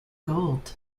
gold